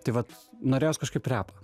tai vat norėjosi kažkaip repą